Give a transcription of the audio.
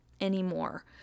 anymore